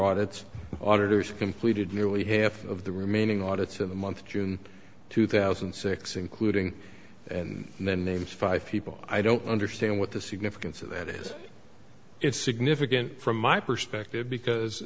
audit auditors completed nearly half of the remaining audits in the month of june two thousand and six including and then names five people i don't understand what the significance of that is it's significant from my perspective because